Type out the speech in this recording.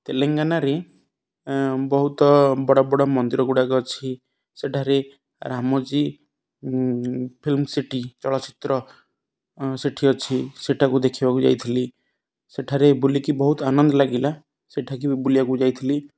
ତେଲେଙ୍ଗାନାରେ ବହୁତ ବଡ଼ ବଡ଼ ମନ୍ଦିର ଗୁଡ଼ାକ ଅଛି ସେଠାରେ ରାମୋଜୀ ଫିଲ୍ମ ସିଟି ଚଳଚ୍ଚିତ୍ର ସେଠି ଅଛି ସେଠାକୁ ଦେଖିବାକୁ ଯାଇଥିଲି ସେଠାରେ ବୁଲିକି ବହୁତ ଆନନ୍ଦ ଲାଗିଲା ସେଠାକୁ ବି ବୁଲିବାକୁ ଯାଇଥିଲି